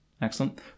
Excellent